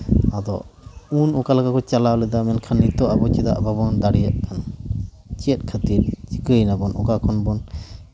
ᱟᱫᱚ ᱩᱱ ᱚᱠᱟ ᱞᱮᱠᱟ ᱠᱚ ᱪᱟᱞᱟᱣ ᱞᱮᱫᱟ ᱢᱮᱱᱠᱷᱟᱱ ᱱᱤᱛᱚᱜ ᱟᱵᱚ ᱪᱮᱫᱟᱜ ᱵᱟᱵᱚᱱ ᱫᱟᱲᱮᱭᱟᱜ ᱠᱟᱱᱟ ᱪᱮᱫ ᱠᱷᱟᱹᱛᱤᱨ ᱪᱤᱠᱟᱭᱱᱟᱵᱚᱱ ᱚᱠᱟ ᱠᱷᱚᱱ ᱵᱚᱱ